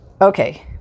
Okay